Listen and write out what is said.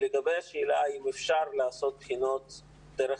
לגבי השאלה אם אפשר לעשות בחינות דרך